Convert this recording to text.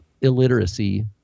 illiteracy